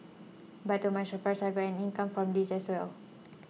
but to my surprise I got an income from this as well